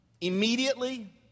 immediately